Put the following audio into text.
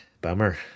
bummer